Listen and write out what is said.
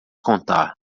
contar